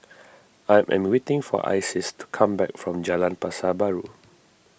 I am waiting for Isis to come back from Jalan Pasar Baru